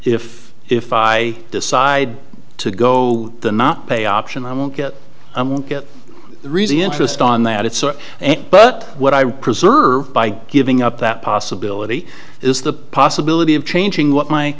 if if i decide to go the not pay option i won't get really interest on that so it but what i preserved by giving up that possibility is the possibility of changing what my